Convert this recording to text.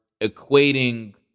equating